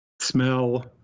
smell